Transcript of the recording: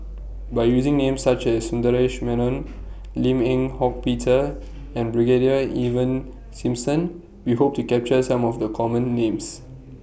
By using Names such as Sundaresh Menon Lim Eng Hock Peter and Brigadier Ivan Simson We Hope to capture Some of The Common Names